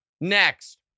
Next